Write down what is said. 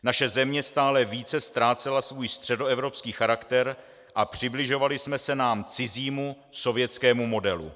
Naše země stále více ztrácela svůj středoevropský charakter a přibližovali jsme se nám cizímu sovětskému modelu.